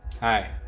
Hi